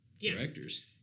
directors